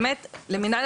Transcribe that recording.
מינהל